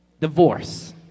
divorce